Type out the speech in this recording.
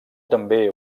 també